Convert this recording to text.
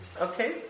okay